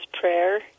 prayer